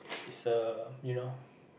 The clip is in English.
is a you know